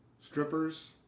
strippers